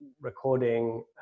recording